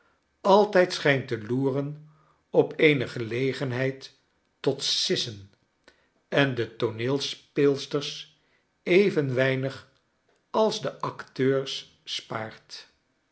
altijd schijnt te loeren op eene gelegenheid tot sissen en de tooneelspeelsters even weinigals de acteurs spaart